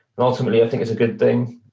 and ultimately, i think it's a good thing,